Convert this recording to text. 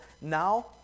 now